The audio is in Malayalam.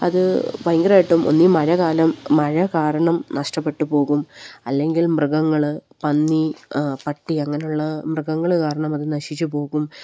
അത് ഭയങ്കരമായിട്ടും ഒന്നുകില് മഴ കാരണം നഷ്ടപ്പെട്ടു പോകും അല്ലെങ്കിൽ മൃഗങ്ങള് പന്നി പട്ടി അങ്ങനെയുള്ള മൃഗങ്ങള് കാരണം അത് നശിച്ചുപോകും